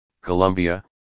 Colombia